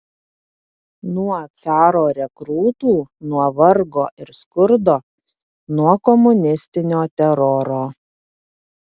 nuo caro rekrūtų nuo vargo ir skurdo nuo komunistinio teroro